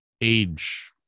age